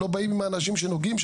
לא באים לאנשים שנוגעים.